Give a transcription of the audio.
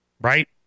right